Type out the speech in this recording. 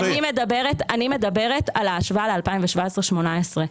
אני מדברת על ההשוואה ל-2017-18.